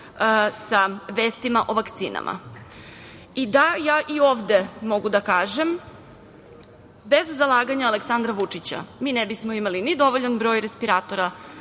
sa vestima o vakcinama. Da, ja i ovde mogu da kažem, bez zalaganja Aleksandra Vučića mi ne bismo imali ni dovoljan broj respiratora,